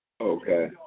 Okay